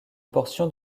portion